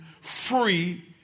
free